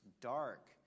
dark